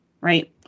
Right